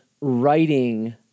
writing